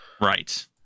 Right